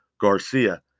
Garcia